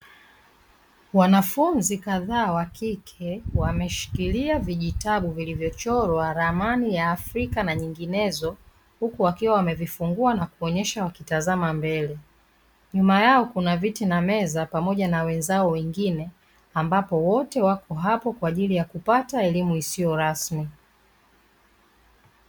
Wanafunzi kadhaa wa kike wameshikilia vijitabu vilivyochorwa ramani ya Afrika na nyinginezo, huku wakiwa wamevifungua na kuonyesha wakitazama mbele. Nyuma yao kuna viti na meza, pamoja na wenzao wengine ambapo wote wapo hapo kwa ajili ya kupata elimu isiyo rasmi.